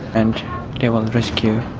and they will rescue